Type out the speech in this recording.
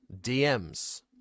DMs